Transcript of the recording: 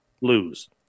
Lose